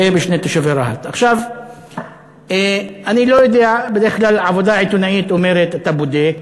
בדרך כלל העבודה העיתונאית אומרת: אתה בודק,